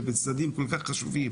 ובצדדים כל כך חשובים.